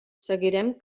seguirem